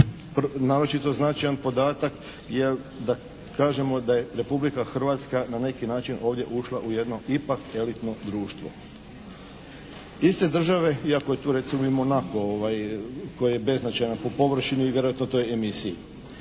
naročito značajan podatak jer da kažemo da je Republika Hrvatska na neki način ovdje ušla u jedno ipak elitno društvo. Iste države iako je tu recimo i Monako koji je beznačajan po površini, vjerojatno i toj emisiji.